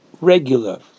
regular